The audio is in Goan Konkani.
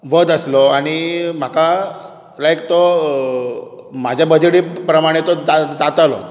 वर्थ आसलो आनी म्हाका लायक तो म्हाज्या बजेटी प्रमाणे तो जातालो